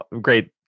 great